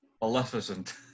Maleficent